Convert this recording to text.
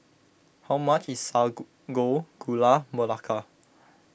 how much is Sago Gula Melaka